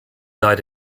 died